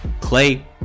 Clay